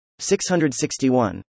661